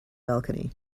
balcony